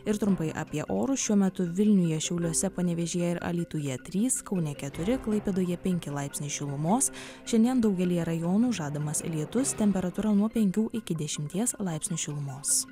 ir trumpai apie orus šiuo metu vilniuje šiauliuose panevėžyje alytuje trys kaune keturi klaipėdoje penki laipsniai šilumos šiandien daugelyje rajonų žadamas lietus temperatūra nuo penkių iki dešimties laipsnių šilumos